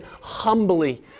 humbly